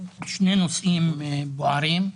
שני נושאים בוערים,